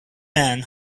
man